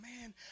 man